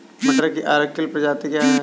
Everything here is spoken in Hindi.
मटर की अर्किल प्रजाति कैसी है?